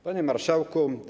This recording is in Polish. Panie Marszałku!